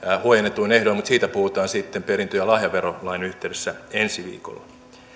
huojennetuin ehdoin mutta siitä puhutaan sitten perintö ja lahjaverolain yhteydessä ensi viikolla